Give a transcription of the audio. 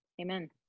Amen